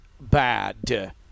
bad